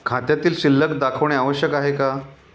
खात्यातील शिल्लक दाखवणे आवश्यक आहे का?